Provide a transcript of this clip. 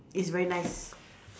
it's very nice